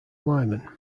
lyman